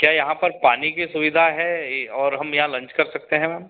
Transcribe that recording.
क्या यहाँ पर पानी की सुविधा है और हम यहाँ लंच कर सकते हैं मैम